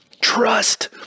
Trust